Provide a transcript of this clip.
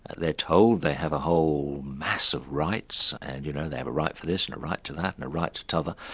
they're told they have a whole mass of rights and you know they have a right for this and a right to that, and a right to the other,